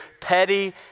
petty